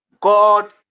God